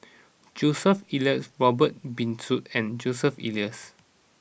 Joseph Elias Robert Ibbetson and Joseph Elias